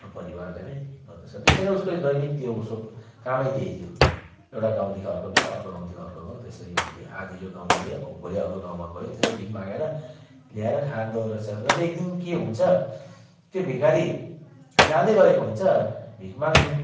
आफ्नो परिवारलाई नै गर्दोरहेछ त्यसरी दैनिक थियो उसको कामै त्यही थियो एउटा गाउँदेखि अर्को गाउँ अर्को गाउँदेखि अर्को गाउँ त्यसरी हो के आज यो गाउँ गयो अब भोलि अर्को गाउँमा गयो त्यसरी भिख मागेर ल्याएर खाँदोरहेछ र त एक दिन के हुन्छ त्यो भिखारी जाँदै गरेको हुन्छ भिख माग्नु